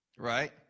Right